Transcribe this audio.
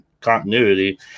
continuity